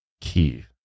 key